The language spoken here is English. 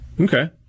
Okay